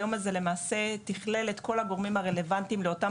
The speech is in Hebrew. היום הזה למעשה תיכלל את כל הגורמים הרלוונטיים לאותם